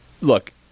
look